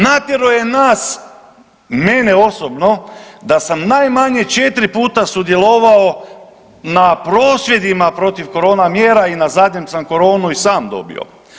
Natjerao je nas, mene osobno da sam najmanje 4 puta sudjelovao na prosvjedima protiv korona mjera i na zadnjem sam koronu i sam dobio.